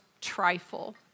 trifle